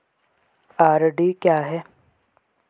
RD क्या है?